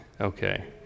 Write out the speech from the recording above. Okay